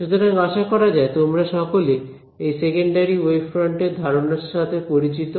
সুতরাং আশা করা যায় তোমরা সকলে এই সেকেন্ডারি ওয়েভ ফ্রন্ট এর ধারণার সাথে পরিচিত